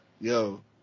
Yo